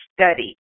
Study